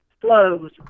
flows